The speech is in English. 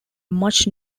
much